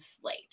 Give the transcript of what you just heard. slate